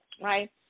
right